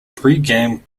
pregame